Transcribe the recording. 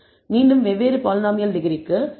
மீண்டும் வெவ்வேறு பாலினாமியல் டிகிரிக்கு எம்